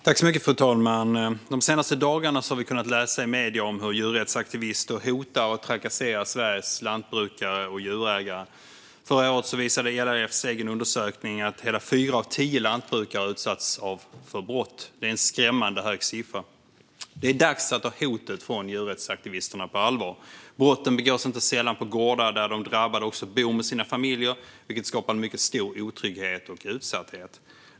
Fru talman! De senaste dagarna har vi kunnat läsa i medierna om hur djurrättsaktivister hotar och trakasserar Sveriges lantbrukare och djurägare. Förra året visade LRF:s egen undersökning att hela fyra av tio lantbrukare utsatts för brott. Det är en skrämmande hög siffra. Det är dags att ta hotet från djurrättsaktivisterna på allvar. Brotten begås inte sällan på gårdar där de drabbade bor med sina familjer, vilket skapar en mycket stor otrygghet och utsatthet.